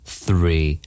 three